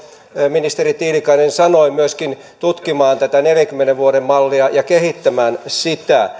ministeri tiilikainen sanoi tutkimaan tätä neljänkymmenen vuoden mallia ja kehittämään sitä